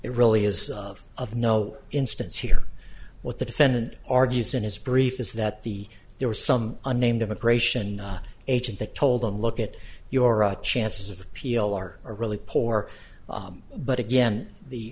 it really is of no instance here what the defendant argues in his brief is that the there was some unnamed immigration agent that told him look at your chances of appeal are a really poor but again the